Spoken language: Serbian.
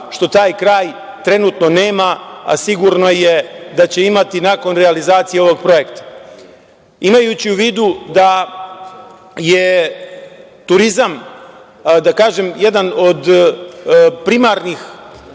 što taj kraj trenutno nema, a sigurno je da će imati nakon realizacije ovog projekta. Imajući u vidu, da je turizam, da kažem, jedan od primarnih